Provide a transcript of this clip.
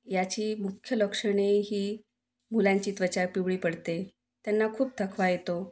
याची मुख्य लक्षणे ही मुलांची त्वचा पिवळी पडते त्यांना खूप थकवा येतो